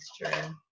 mixture